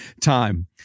time